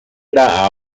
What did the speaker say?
era